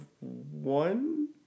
one